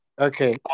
Okay